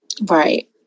Right